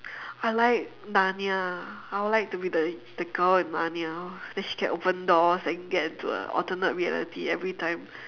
I like narnia I would like to be the the girl in narnia then she can open the doors and get into a alternate reality every time